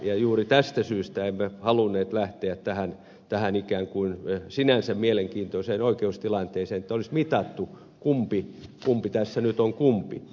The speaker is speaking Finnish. juuri tästä syystä emme halunneet lähteä tähän ikään kuin sinänsä mielenkiintoiseen oikeustilanteeseen että olisi mitattu kumpi tässä nyt on kumpi